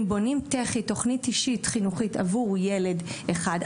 אם בונים תוכנית אישית חינוכית עבור ילד אחד,